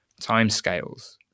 timescales